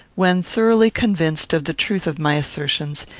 when thoroughly convinced of the truth of my assertions,